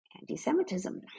Anti-Semitism